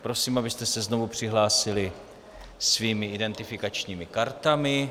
Prosím, abyste se znovu přihlásili svými identifikačními kartami.